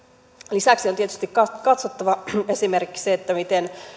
lisäksi on tietysti katsottava esimerkiksi se miten